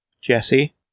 Jesse